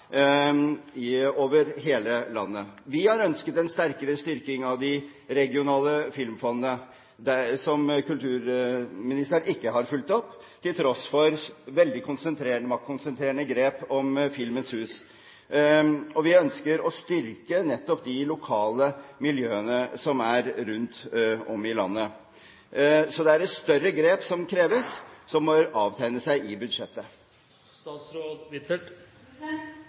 over hele landet. Vi har ønsket en sterkere styrking av det regionale filmfondet, som kulturministeren ikke har fulgt opp, til tross for veldig maktkonsentrerende grep om Filmens hus. Vi ønsker å styrke nettopp de lokale miljøene som er rundt om i landet. Så det er større grep som kreves, og som må avtegne seg i